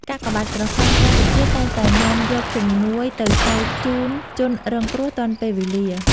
កាកបាទក្រហមកម្ពុជាតែងតែនាំយកជំនួយទៅចែកជូនជនរងគ្រោះទាន់ពេលវេលា។